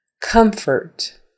Comfort